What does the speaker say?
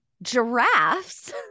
giraffes